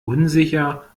unsicher